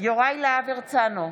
יוראי להב הרצנו,